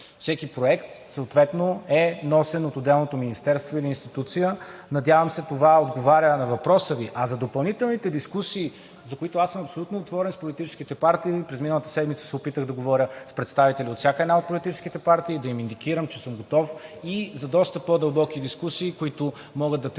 Всеки проект съответно е носен от отделното министерство или институция. Надявам се това отговаря на въпроса Ви. А за допълнителните дискусии, за които аз съм абсолютно отворен с политическите партии. През миналата седмица се опитах да говоря с представители от всяка една от политическите партии, да им индикирам, че съм готов и за доста по-дълбоки дискусии, които могат да текат